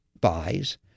buys